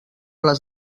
les